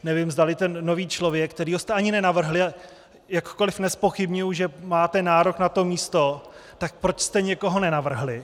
Nevím, zdali ten nový člověk, kterého jste ani nenavrhli a jakkoliv nezpochybňuju, že máte nárok na to místo tak proč jste někoho nenavrhli?